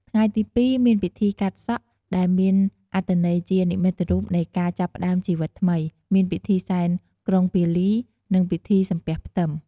ថ្ងៃទី២ មាន ពិធីកាត់សក់ ដែលមានអត្ថន័យជានិមិត្តរូបនៃការចាប់ផ្តើមជីវិតថ្មី មានពិធីសែនក្រុងពាលី និងពិធីសំពះផ្ទឹម។